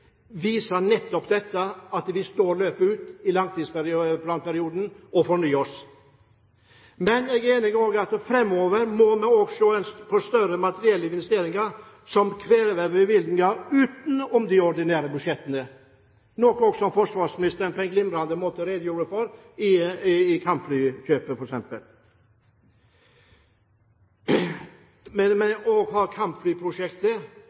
viser nettopp dette; vi står løpet ut i langtidsplanperioden og fornyer oss. Men jeg er enig i at framover må vi også ha større materielle investeringer som krever bevilgninger utenom de ordinære budsjettene, noe også forsvarsministeren på en glimrende måte redegjorde for. Vi har kampflyprosjektet, for å nevne noe, men vi må også se på om det eventuelt er nødvendig, som forsvarsministeren sa, med